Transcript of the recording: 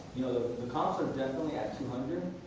the the comps are definitely at two hundred,